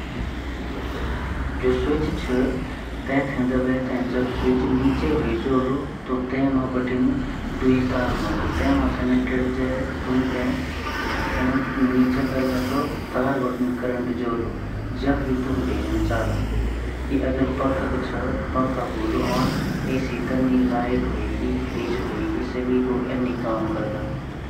जु बिजली स्विच जू ची ऊमा जन बिजली वैसे वोन जन बिजली दी जन्दी तार से अर तार द्वारा उमा बिजली आन योक तार भेनि धनात्मक अर योक तार भेनि रिंडात्मक अर यू दुयु मा करंट दी जन अर वेमा बीच मा योक स्प्रिंग वनी जु ऑन ऑफ कना काम औन्दु अर वे स्विच पर जोड़े जांदू।